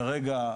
כרגע,